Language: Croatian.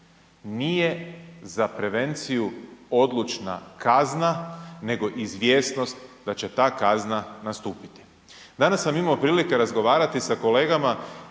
nije za prevenciju odlučna kazna nego izvjesnost da će ta kazna nastupiti. Danas sam imao prilike razgovarati sa kolegama